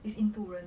this 印度人